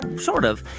sort of.